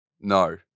no